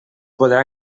podrà